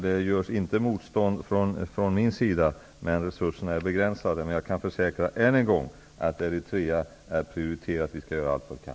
Det görs inte något motstånd från min sida, men resurserna är begränsade. Jag kan dock än en gång försäkra att Eritrea är prioriterat. Vi skall göra allt vad vi kan.